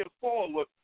forward